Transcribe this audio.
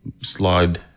slide